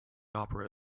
opera